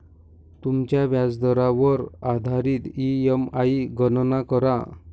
तुमच्या व्याजदरावर आधारित ई.एम.आई गणना करा